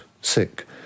sick